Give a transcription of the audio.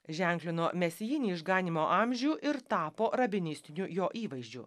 ženklino mesijinį išganymo amžių ir tapo rabinistiniu jo įvaizdžiu